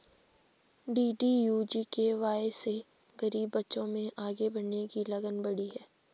DDU GKY से गरीब बच्चों में आगे बढ़ने की लगन बढ़ी है